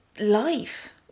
life